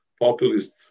populist